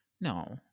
No